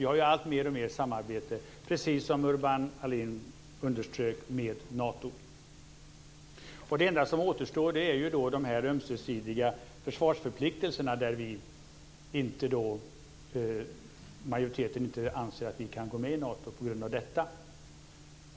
Vi har ju alltmer samarbete, precis som Urban Ahlin underströk, med Nato. Det enda som återstår är de här ömsesidiga försvarsförpliktelserna, där majoriteten inte anser att vi kan gå med i Nato på grund av dessa.